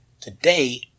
today